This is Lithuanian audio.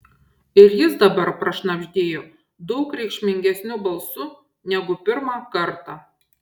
ir jis dabar prašnabždėjo daug reikšmingesniu balsu negu pirmą kartą